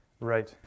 Right